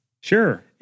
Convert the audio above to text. Sure